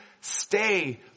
stay